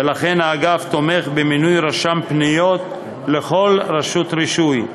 ולכן האגף תומך במינוי רשם פניות לכל רשות רישוי.